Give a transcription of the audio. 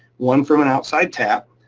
one from an outside tap,